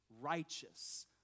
righteous